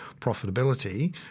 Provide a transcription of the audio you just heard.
profitability